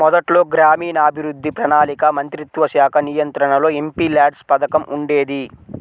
మొదట్లో గ్రామీణాభివృద్ధి, ప్రణాళికా మంత్రిత్వశాఖ నియంత్రణలో ఎంపీల్యాడ్స్ పథకం ఉండేది